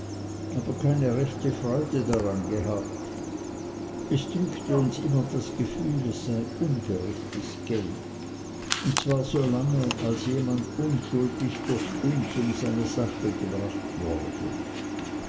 aber keine rechte freude daran gehabt es drückte uns immer das gefühl es sei ungerechtes geld und zwar so lange als jemand unschuldig durch uns um seine sache gebracht worden